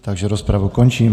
Takže rozpravu končím.